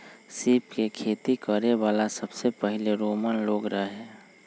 सीप के खेती करे वाला सबसे पहिले रोमन लोग रहे